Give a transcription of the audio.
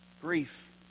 grief